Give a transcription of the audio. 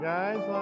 Guys